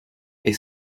est